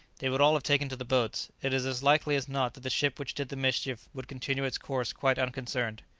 they would all have taken to the boats. it is as likely as not that the ship which did the mischief would continue its course quite unconcerned.